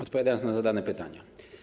Odpowiadam na zadane pytania.